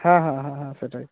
হ্যাঁ হ্যাঁ হ্যাঁ হ্যাঁ সেটাই